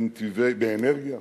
באנרגיה,